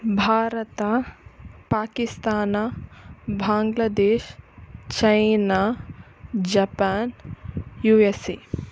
Bharat Pakistan Bangladesh China Japan U S A